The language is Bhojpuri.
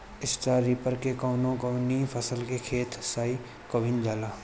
स्टरा रिपर से कवन कवनी फसल के खेत साफ कयील जाला?